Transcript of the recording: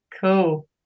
cool